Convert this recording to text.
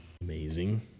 amazing